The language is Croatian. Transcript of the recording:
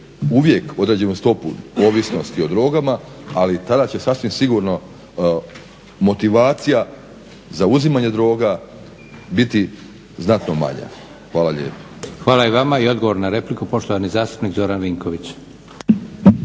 uvijek određenu stopu ovisnosti o drogama, ali tada će sasvim sigurno motivacija za uzimanje droga biti znatno manja. Hvala lijepa. **Leko, Josip (SDP)** Hvala i vama. I odgovor na repliku, poštovani zastupnik Zoran Vinković.